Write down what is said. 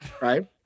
right